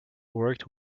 worked